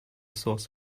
source